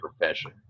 profession